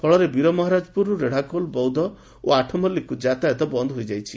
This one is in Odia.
ଫଳରେ ବୀରମହାରାଜପୁରରୁ ରେଡ଼ାଖୋଲ ବୌଦ୍ଧ ଓ ଆଠମଲ୍କକୁ ଯାତାୟାତ ବନ୍ଦ ହୋଇଯାଇଛି